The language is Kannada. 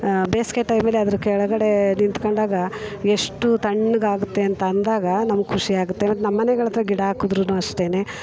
ಬೇಸಿಗೆ ಟೈಮಲ್ಲಿ ಅದ್ರ ಕೆಳಗಡೇ ನಿಂತ್ಕೊಂಡಗ ಎಷ್ಟು ತಣ್ಣ ಗಾಗುತ್ತೆ ಅಂತ ಅಂದಾಗ ನಮಗೆ ಖುಷಿಯಾಗುತ್ತೆ ಮತ್ತು ನಮ್ಮನೆಗಳ ಹತ್ರ ಗಿಡ ಹಾಕಿದ್ರೂನು ಅಷ್ಟೆನೆ